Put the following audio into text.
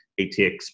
ATX